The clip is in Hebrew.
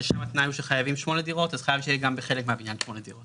שגם יושבים פה ויוכלו להרחיב,